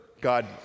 God